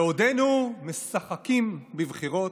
בעודנו משחקים בבחירות,